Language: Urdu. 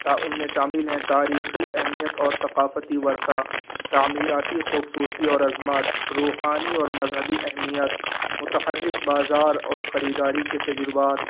تا ان میں شامل ہیں تاریخی اہمیت اور ثقافتی ورثہ تعمیراتی خوبصورتی اور عظمت روحانی اور مذہبی اہمیت متحرک بازار اور خریداری کے تجربات